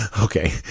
okay